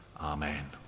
Amen